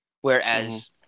whereas